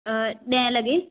ॾहें लॻे